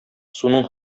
суның